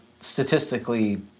statistically